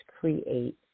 create